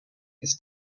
his